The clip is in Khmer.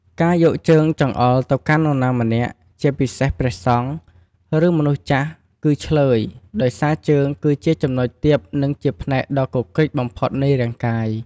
ការយកជើងចង្អុលទៅកាន់នរណាម្នាក់ ជាពិសេសព្រះសង្ឃ ឬ មនុស្សចាស់ គឺឈ្លើយ ដោយសារជើងគឺជាចំណុចទាប និងជាផ្នែកដ៏គគ្រិចបំផុតនៃរាងកាយ។